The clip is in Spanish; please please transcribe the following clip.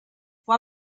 fue